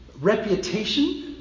reputation